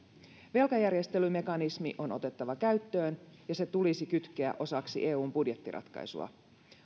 velkajärjestelymekanismi on otettava käyttöön ja se tulisi kytkeä osaksi eun budjettiratkaisua